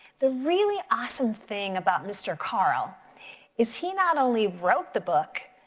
the really awesome thing about mr. carle is he not only wrote the book,